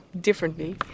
differently